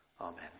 Amen